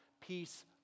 peace